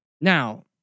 Now